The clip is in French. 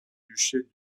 duché